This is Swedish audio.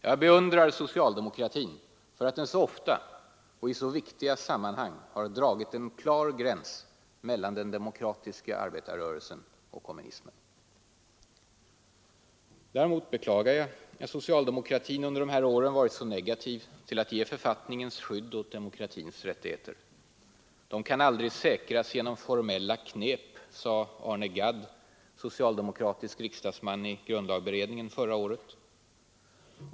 Jag beundrar socialdemokratin för att den så ofta och i så viktiga sammanhang har dragit en klar gräns mellan den demokratiska arbetarrörelsen och kommunismen. Däremot beklagar jag att socialdemokratin under de här åren varit så negativ till att ge författningens skydd åt demokratins rättigheter. De kan aldrig säkras genom ”formella knep”, sade Arne Gadd, socialdemokratisk riksdagsman i grundlagberedningen, förra året.